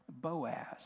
Boaz